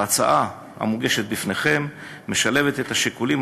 וההצעה המוגשת לפניכם משלבת את השיקולים